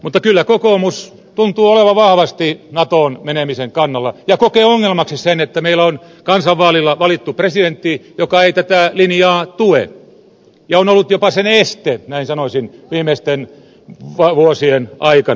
mutta kyllä kokoomus tuntuu olevan vahvasti natoon menemisen kannalla ja kokee ongelmaksi sen että meillä on kansanvaalilla valittu presidentti joka ei tätä linjaa tue ja on ollut jopa sen este näin sanoisin viimeisten vuosien aikana